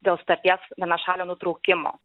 dėl sutarties vienašalio nutraukimo